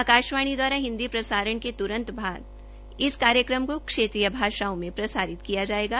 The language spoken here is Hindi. आकाशवाणी दवारा हिन्दी के त्रंत बाद इस कार्यक्रम को क्षेत्रीय भाषाओं में प्रसारित किया जायेगा